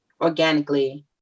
organically